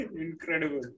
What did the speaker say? Incredible